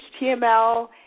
HTML